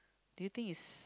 do you think is